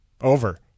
Over